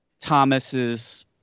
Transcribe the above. Thomas's